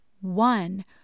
One